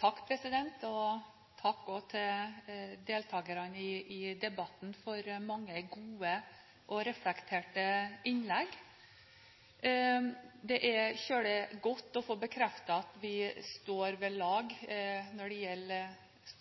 Takk til deltakerne i debatten for mange gode og reflekterte innlegg. Det er veldig godt å få bekreftet at vi står i lag